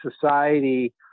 society